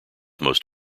most